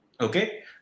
Okay